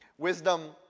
Wisdom